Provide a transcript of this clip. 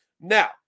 Now